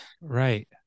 Right